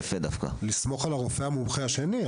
לסמוך על הרופא המומחה השני.